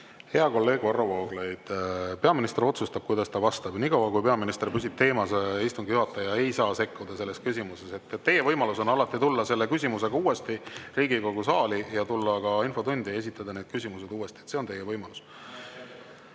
Hea kolleeg Varro Vooglaid! Peaminister otsustab, kuidas ta vastab. Nii kaua, kui peaminister püsib teemas, istungi juhataja ei saa sekkuda selles küsimuses. Teie võimalus on alati tulla selle küsimusega uuesti Riigikogu saali ja tulla ka infotundi ja esitada need küsimused uuesti. See on teie võimalus.